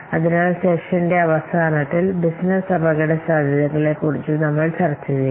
അതിനാൽ സെഷന്റെ അവസാനത്തിൽ ബിസിനസ്സ് അപകടസാധ്യതയെക്കുറിച്ച് നമ്മൾ ചർച്ച ചെയ്യും